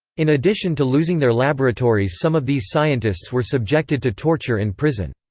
in addition to losing their laboratories some of these scientists were subjected to torture in prison.